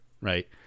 right